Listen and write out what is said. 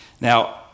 Now